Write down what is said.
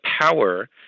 power